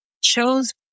chose